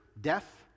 death